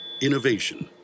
Innovation